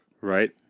Right